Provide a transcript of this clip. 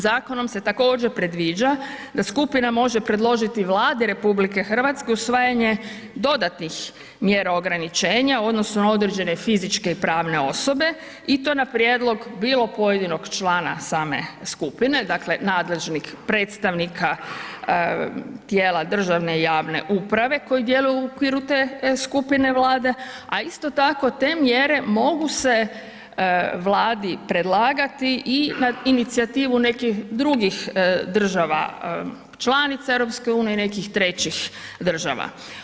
Zakonom se također predviđa da skupina može predložiti Vladi RH usvajanje dodatnih mjera ograničenja odnosno određene fizičke i pravne osobe i to na prijedlog bilo pojedinog člana same skupine, dakle, nadležnih predstavnika tijela državne i javne uprave koji djeluju u okviru te E skupine Vlade, a isto tako te mjere mogu se Vladi predlagati i na inicijativu nekih drugih država članica EU i nekih trećih država.